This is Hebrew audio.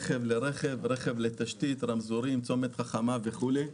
רכב לרכב, רכב לתשתית, רמזורים, צומת חכמה וכדומה.